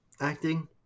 acting